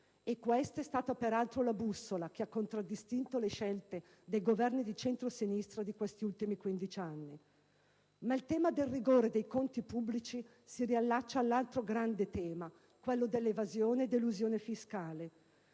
Questa è stata, peraltro, la bussola che ha contraddistinto le scelte dei Governi di centrosinistra di questi ultimi 15 anni. Ma il tema del rigore dei conti pubblici si riallaccia all'altro grande tema, quello dell'evasione ed elusione fiscale.